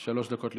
שלוש דקות לרשותך.